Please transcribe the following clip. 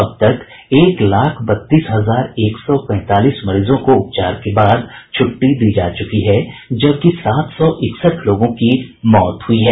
अब तक एक लाख बत्तीस हजार एक सौ पैंतालीस मरीजों को उपचार के बाद छुट्टी दी जा चुकी है जबकि सात सौ इकसठ लोगों की मौत हुई है